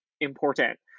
important